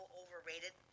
overrated